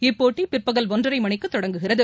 இப்போட்டி பிற்பகல் ஒன்றரைமணிக்குதொடங்குகிறது